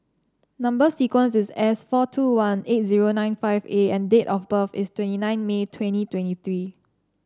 number sequence is S four two one eight zero nine five A and date of birth is twenty nine May twenty twenty three